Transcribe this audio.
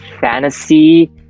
fantasy